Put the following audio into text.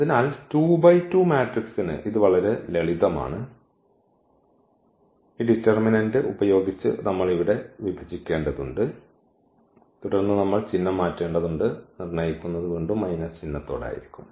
അതിനാൽ 2 ബൈ 2 മാട്രിക്സിന് ഇത് വളരെ ലളിതമാണ് ഈ ഡിറ്റർമിനന്റ് ഉപയോഗിച്ച് നമ്മൾ ഇവിടെ വിഭജിക്കേണ്ടതുണ്ട് തുടർന്ന് നമ്മൾ ചിഹ്നം മാറ്റേണ്ടതുണ്ട് നിർണ്ണയിക്കുന്നത് വീണ്ടും മൈനസ് ചിഹ്നത്തോടെ ആയിരിക്കും